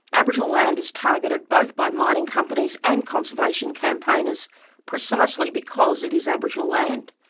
aboriginal land is targeted both by mining companies and conservation campaigners precisely because it is aboriginal land.